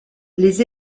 les